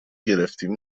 گرفتیم